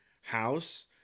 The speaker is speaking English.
house